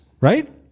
right